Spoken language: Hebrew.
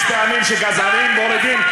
יש פעמים שגזענים מורידים,